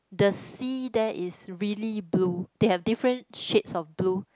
the sea there is really blue they have different shades of blue